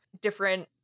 different